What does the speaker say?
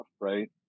right